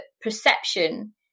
perception